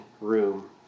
room